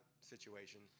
situation